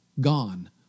gone